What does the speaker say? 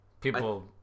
People